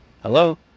Hello